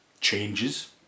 changes